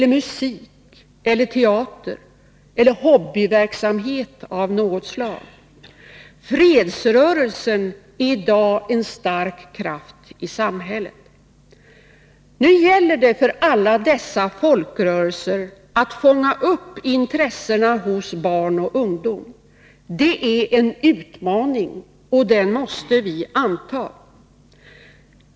Det må gälla musik, teater eller hobbyverksamhet av något slag. Fredsrörelsen är i dag en stark kraft i samhället. Nu gäller det för dessa folkrörelser att fånga upp intressena hos barn och ungdom. Det är en utmaning, och den måste vi anta.